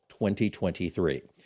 2023